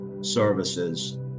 services